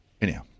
Anyhow